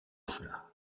cela